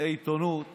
קטעי עיתונות